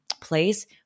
place